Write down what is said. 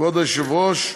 כבוד היושב-ראש,